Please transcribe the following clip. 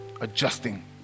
adjusting